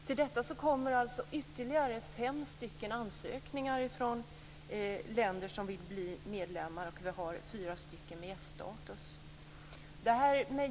Till detta kommer ytterligare 5 stycken ansökningar från länder som vill bli medlemmar och vi har 4 stycken med gäststatus.